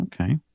Okay